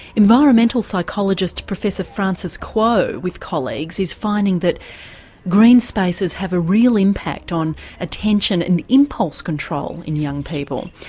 environmental psychologist professor frances kuo with colleagues is finding that green spaces have a real impact on attention and impulse control in young people.